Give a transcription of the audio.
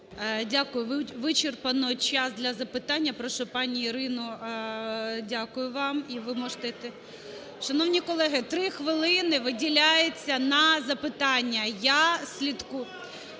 Дякую. Вичерпано час для запитань. Прошу… Пані Ірино, дякую вам і ми можете йти… (Шум у залі) Шановні колеги, 3 хвилини виділяється на запитання. Я слідкую…